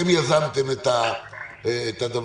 דרך ההוראה הזאת הכוונה הייתה להבנות את שיקול דעת בית המשפט,